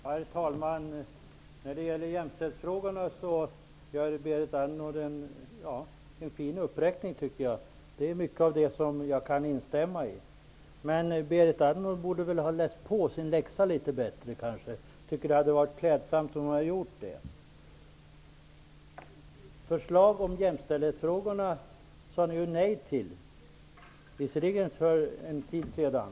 Herr talman! Berit Andnor gör en fin uppräkning när det gäller jämställdhetsfrågorna. Mycket av det som hon sade kan jag instämma i. Man det skulle ha varit klädsamt om Berit Andnor hade läst på sin läxa litet bättre. Socialdemokraterna sade ju nej till förslaget om jämställdhetsfrågorna, visserligen för en tid sedan.